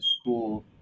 school